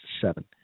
seven